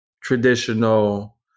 traditional